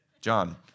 John